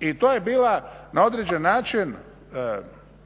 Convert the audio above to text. i to je bila na određen način